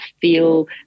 feel